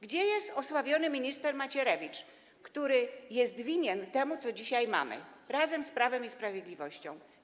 Gdzie jest osławiony wierny minister Macierewicz, który jest winien temu, co dzisiaj mamy, razem z Prawem i Sprawiedliwością?